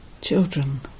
Children